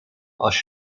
als